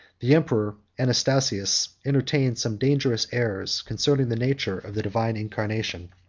the emperor anastasius entertained some dangerous errors concerning the nature of the divine incarnation